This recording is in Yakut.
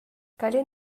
кэлин